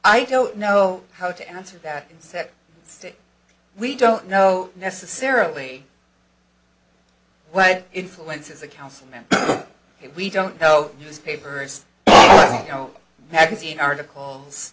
i don't know how to answer that exact state we don't know necessarily what influences a councilman we don't know use paper you know magazine articles